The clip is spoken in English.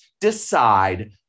decide